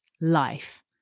life